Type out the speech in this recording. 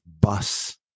bus